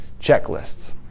checklists